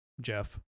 Jeff